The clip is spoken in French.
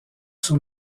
sur